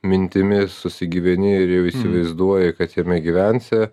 mintimis susigyveni ir jau įsivaizduoji kad jame gyvensi